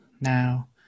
now